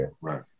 right